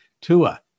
Tua